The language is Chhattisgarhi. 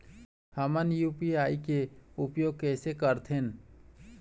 हमन यू.पी.आई के उपयोग कैसे करथें?